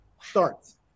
Starts